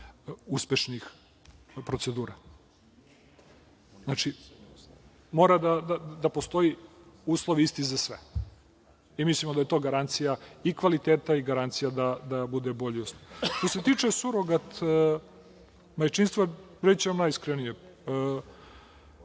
uspešnih procedura. Znači, moraju da postoje isti uslovi za sve i mislim da je to i garancija i kvaliteta i garancija da bude bolji uspeh. Što se tiče surogat majčinstva, reći ću vam najiskrenije,